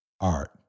Art